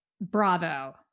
Bravo